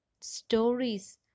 stories